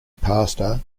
pastor